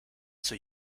zur